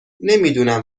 نمیدونم